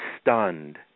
stunned